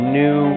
new